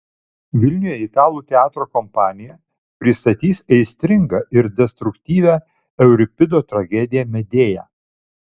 vilniuje italų teatro kompanija pristatys aistringą ir destruktyvią euripido tragediją medėja